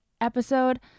episode